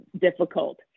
difficult